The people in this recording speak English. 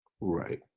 Right